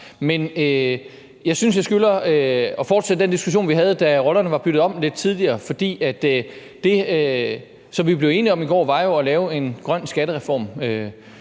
Jeg synes, jeg skylder at fortsætte den diskussion, vi havde, da rollerne var byttet om lidt tidligere. For det, som vi blev enige om i går, var jo at lave en grøn skattereform,